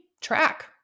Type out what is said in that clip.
track